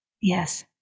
Yes